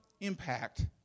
impact